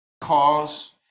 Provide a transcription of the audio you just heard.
cause